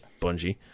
Bungie